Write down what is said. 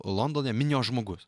londone minios žmogus